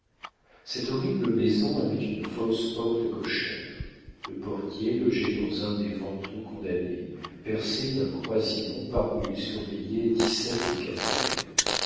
cette horrible maison avait une fausse porte cochère le portier logeait dans un des vantaux condamné percé d'un croisillon par où il surveillait